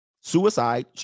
suicide